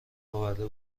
آورده